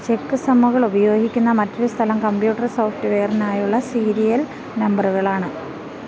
ചെക്ക്സമ്മുകൾ ഉപയോഗിക്കുന്ന മറ്റൊരു സ്ഥലം കമ്പ്യൂട്ടർ സോഫ്റ്റ്വെയറിനായുള്ള സീരിയൽ നമ്പറുകളാണ്